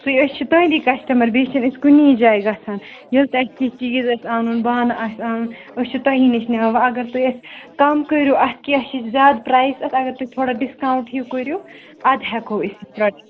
سُے أسۍ چھِ تُہُنٛدی کَسٹَمَر بیٚیہِ چھنہٕ أسۍ کُنے جایہِ گَژھان ییٚلہِ تہِ اسہِ کیٚنٛہہ چیٖز آسہِ اَنُن بانہٕ آسہِ اَنُن أسۍ چھِ تۄہے نِش نِوان وۄنۍ اگر تُہۍ اسہِ کَم کٔرِو اَتھ کیاہ چھِ زیادٕ پرٛایِز اَتھ اگر تُہۍ تھوڑا ڈِسکونٛٹ ہیٚو کٔرِو اَدٕ ہیٚکو أسۍ یہِ